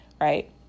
right